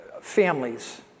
families